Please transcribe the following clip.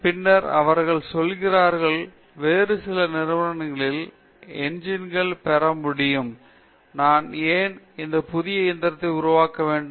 பின்னர் அவர்கள் சொல்கிறார்கள் வேறு சில நிறுவனங்களிலிருந்து என்ஜின்களைப் பெற முடியும் நான் ஏன் ஒரு புதிய இயந்திரத்தை உருவாக்க வேண்டும்